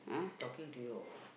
talking to you or what